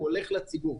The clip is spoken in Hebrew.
הוא הולך לציבור.